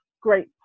great